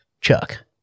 Chuck